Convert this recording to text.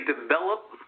develop